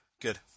Good